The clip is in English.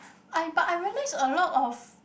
I but I realised a lot of